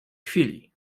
chwili